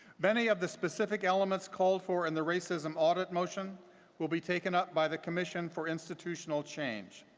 many of the specific elements called for in the racism audit motion will be taken up by the commission for institutional change.